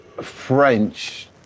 French